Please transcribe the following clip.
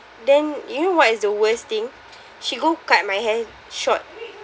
then you know what is the worst thing she go cut my hair short